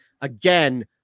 again